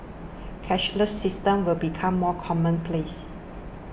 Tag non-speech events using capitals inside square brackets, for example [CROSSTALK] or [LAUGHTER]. [NOISE] cashless systems will become more commonplace